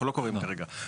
אנחנו לא קוראים כרגע.